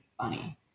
funny